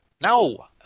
No